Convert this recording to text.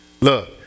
Look